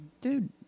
Dude